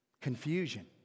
confusion